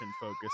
focus